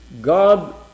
God